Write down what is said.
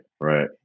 Right